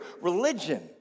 Religion